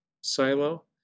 silo